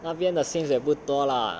那边的薪水不多 lah